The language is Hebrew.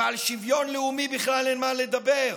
ועל שוויון לאומי בכלל אין מה לדבר.